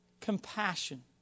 compassion